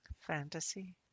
fantasy